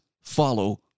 follow